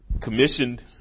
Commissioned